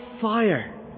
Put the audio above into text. fire